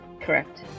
Correct